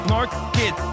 Market